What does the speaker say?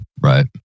Right